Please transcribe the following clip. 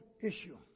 issue